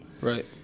right